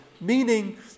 meaning